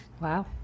Wow